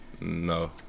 No